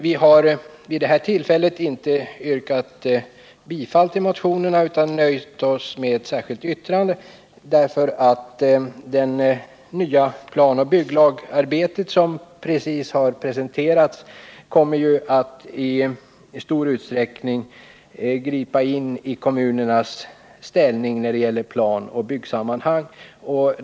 Vi har dock vid detta tillfälle inte reserverat oss till förmån för våra motioner utan nöjt oss med ett särskilt yttrande. Det planoch bygglagsarbete som precis har presenterats kommer i stor utsträckning att gripa in i kommunernas ställning när det gäller planoch byggsammanhang.